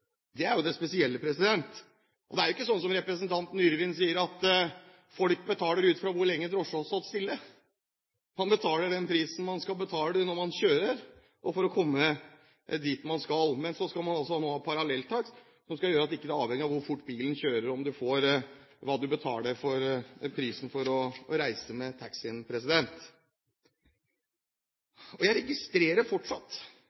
Det er jo det spesielle. Det er ikke slik som representanten Yrvin sier, at folk betaler ut fra hvor lenge drosjen har stått stille. Man betaler den prisen man skal betale når man kjører, og for å komme dit man skal. Men så skal man nå ha parallelltakst, som skal gjøre at det ikke er avhengig av hvor fort bilen kjører, om man får det man betaler for å reise med taxien. Jeg registrerer fortsatt